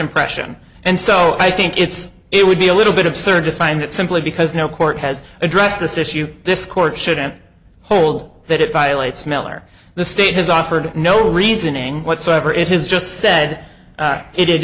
impression and so i think it's it would be a little bit absurd to find it simply because no court has addressed this issue this court shouldn't hold that it violates miller the state has offered no reasoning whatsoever it has just said it it i